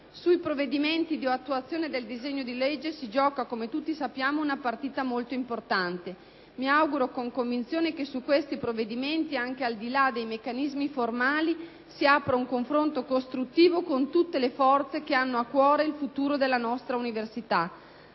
Sui provvedimenti di attuazione del disegno di legge si gioca, come tutti sappiamo, una partita molto importante. Mi auguro con convinzione che su questi provvedimenti, anche al di là dei meccanismi formali, si apra un confronto costruttivo con tutte le forze che hanno a cuore il futuro della nostra università.